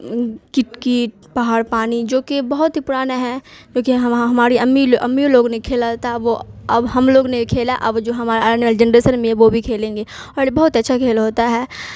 کٹکیٹ پہاڑ پانی جو کہ بہت ہی پرانا ہیں جو کہ ہماڑی امی لوگ امی لوگ نے کھیلا تھا وہ اب ہم لوگ نے کھیلا اب جو ہمارے آنے والی جنریشن میں وہ بھی کھیلیں گے اور بہت اچھا کھیل ہوتا ہے